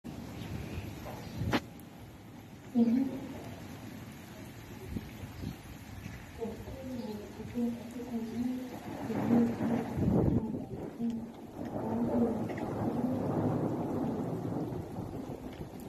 Sehemu ndogo ya supamaketi wateja wamesogea katika meza, iliyopangwa bidhaa mbalimbali kwa ajili ya kuangalia na kufanya manunuzi.